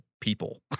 people